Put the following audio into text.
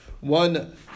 one